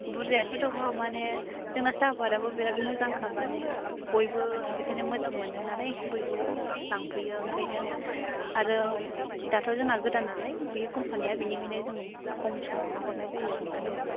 बुरजायाथ' दङ माने जोंना साहापाटआबो बेराद मोजांखा माने बयबो बेखायनो मोजां मोनो नालाय बयबो लांफैयो ओंखायनो आरो दाथ' जोंना गोदान नालाय बे कम्पानिआ बेनिखायनो जों खम समावनो हरनाय जायो ओमफ्राय